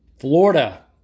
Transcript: Florida